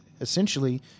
essentially